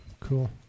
cool